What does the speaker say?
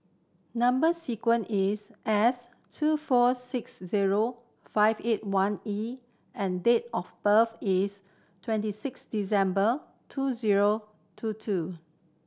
number sequence is S two four six zero five eight one E and date of birth is twenty six December two zero two two